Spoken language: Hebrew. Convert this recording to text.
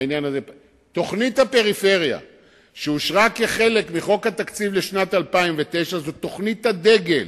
תוכנית הפריפריה שאושרה כחלק מחוק התקציב לשנת 2009 היא תוכנית הדגל